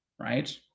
right